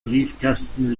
briefkasten